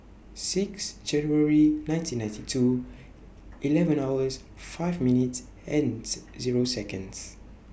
six January nineteen ninety two eleven hours five minutes ends Zero Seconds